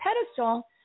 pedestal